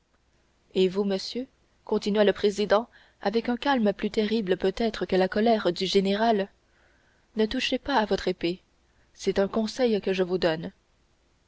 et vous monsieur continua le président avec un calme plus terrible peut-être que la colère du général ne touchez pas à votre épée c'est un conseil que je vous donne